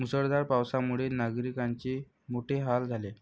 मुसळधार पावसामुळे नागरिकांचे मोठे हाल झाले